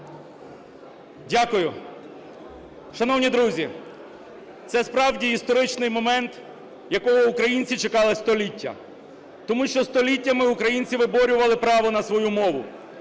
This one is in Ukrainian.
Дякую. Шановні друзі, це справді історичний момент, якого українці чекали століття, тому що століттями українці виборювали право на свою мову.